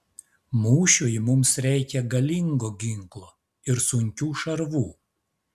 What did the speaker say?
mūšiui mums reikia galingo ginklo ir sunkių šarvų